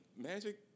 Magic